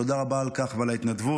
תודה רבה על כך ועל ההתנדבות.